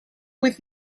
with